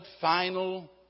final